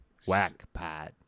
whackpot